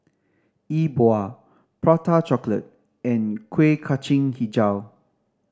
E Bua Prata Chocolate and Kuih Kacang Hijau